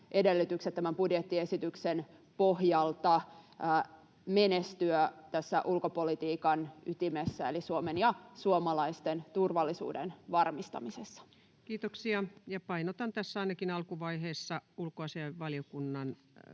tämän budjettiesityksen pohjalta menestyä tässä ulkopolitiikan ytimessä eli Suomen ja suomalaisten turvallisuuden varmistamisessa. Kiitoksia. — Painotan tässä ainakin alkuvaiheessa ulkoasiainvaliokunnan